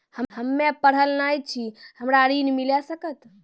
हम्मे पढ़ल न छी हमरा ऋण मिल सकत?